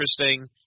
interesting